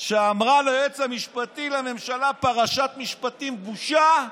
שאמרה ליועץ המשפטי לממשלה: "פרשת משפטים, בושה"